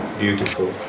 beautiful